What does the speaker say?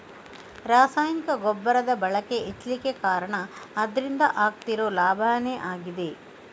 ರಾಸಾಯನಿಕ ಗೊಬ್ಬರದ ಬಳಕೆ ಹೆಚ್ಲಿಕ್ಕೆ ಕಾರಣ ಅದ್ರಿಂದ ಆಗ್ತಿರೋ ಲಾಭಾನೇ ಆಗಿದೆ